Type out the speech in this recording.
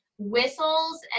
Whistles